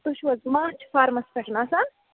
تُہُۍ چھِو حظ ماچھ فارمَس پٮ۪ٹھ آسان